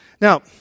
Now